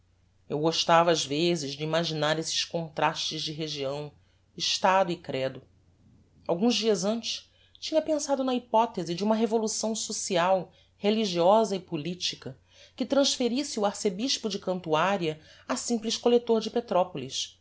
eu gostava ás vezes de imaginar esses contrastes de região estado e credo alguns dias antes tinha pensado na hypothese de uma revolução social religiosa e politica que transferisse o arcebispo de cantuaria a simples collector de petropolis